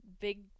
big